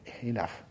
enough